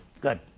Good